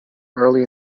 early